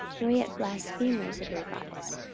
nor yet blasphemers of your goddess.